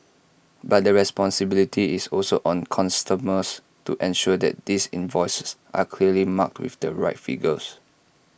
but the responsibility is also on customers to ensure that these invoices are clearly marked with the right figures